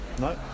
No